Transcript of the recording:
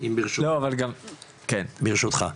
ברשותך,